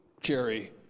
Jerry